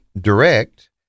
direct